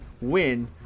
win